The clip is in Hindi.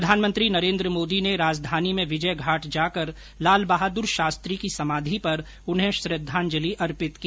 प्रधानमंत्री नरेन्द्र मोदी ने राजधानी में विजय घाट जाकर लाल बहादुर शास्त्री की समाधि पर उन्हें श्रद्वाजंलि अर्पित की